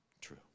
true